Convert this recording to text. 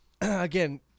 again